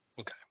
Okay